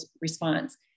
response